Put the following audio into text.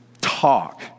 talk